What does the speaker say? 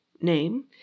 name